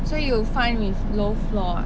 so you fine with low floor ah